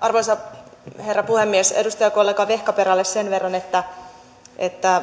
arvoisa herra puhemies edustajakollega vehkaperälle sen verran että